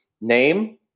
name